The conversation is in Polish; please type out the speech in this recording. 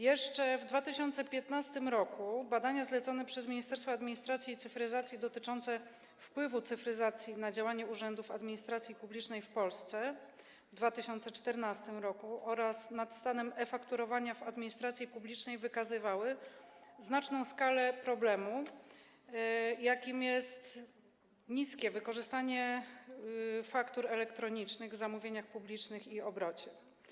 Jeszcze w 2015 r. badania zlecone przez Ministerstwo Administracji i Cyfryzacji dotyczące wpływu cyfryzacji na działania urzędów administracji publicznej w Polsce w 2014 r. oraz nad stanem e-fakturowania w administracji publicznej wykazywały znaczną skalę problemu, jakim jest niewielkie wykorzystanie faktur elektronicznych w zamówieniach publicznych i obrocie.